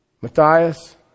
Matthias